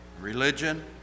religion